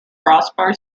crossbar